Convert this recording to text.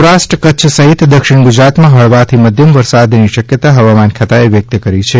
સૌરાષ્ટ્ર કચ્છ સહિત દક્ષિણ ગુજરાતમાં હળવાથી મધ્યમ વરસાદની શક્યતા હવામાન ખાતાએ વ્યક્ત કરી છે